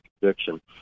conviction